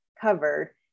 covered